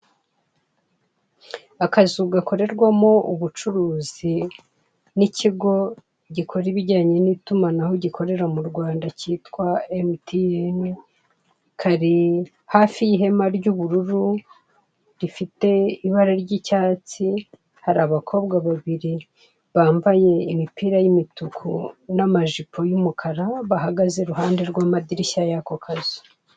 Akazu gakorerwamo ubucuruzi n'ikigo gikora ibijyane n'itumanaho gikorera mu Rwanda kitwa Emutiyeni, kari hafi y'ihema ry'ubururu, rifite ibara ry'icyatsi, hari abakobwa babiri bambaye imipira y'imituku n'amajipo y'umukara, bahagaze iruhande rw'amadirishya y'ako kazu.